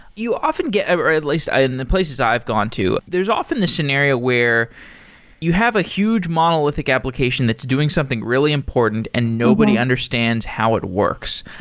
you often get ah or at least in the places i've gone to, there's often this scenario where you have a huge monolithic application that's doing something really important and nobody understands how it works.